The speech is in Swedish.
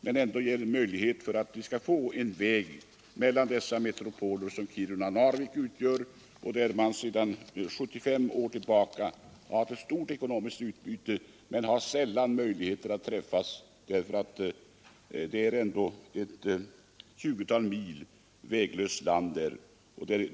Det ger ändå möjlighet för oss att få en väg mellan de centra som Kiruna och Narvik utgör. Invånarna i dessa båda städer har sedan 75 år tillbaka haft ett stort ekonomiskt utbyte, men sällan haft möjligheter att träffas därför att ett 20-tal mil väglöst land ligger emellan.